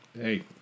Hey